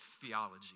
theology